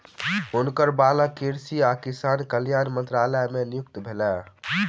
हुनकर बालक कृषि आ किसान कल्याण मंत्रालय मे नियुक्त भेला